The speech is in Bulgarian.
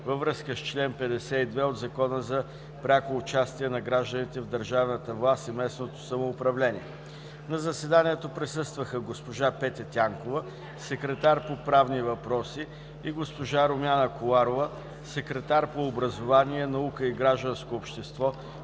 във връзка с чл. 52 от Закона за пряко участие на гражданите в държавната власт и местното самоуправление. На заседанието присъстваха госпожа Петя Тянкова – секретар по правни въпроси, и госпожа Румяна Коларова – секретар по образование, наука и гражданско общество